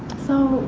so,